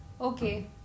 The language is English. Okay